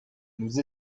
nous